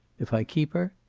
if i keep her?